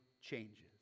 changes